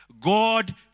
God